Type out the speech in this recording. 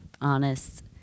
honest